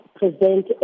present